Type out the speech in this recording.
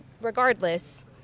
regardless